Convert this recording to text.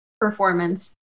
performance